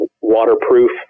waterproof